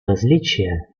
различия